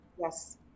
Yes